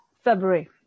February